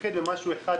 מתמקד במשהו אחד,